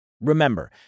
Remember